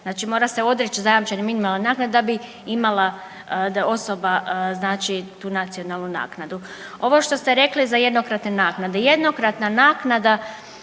Znači mora se odreći zajamčene minimalne naknade da bi imala osoba znači tu nacionalnu naknadu. Ovo što ste rekli za jednokratne naknade, jednokratna naknada,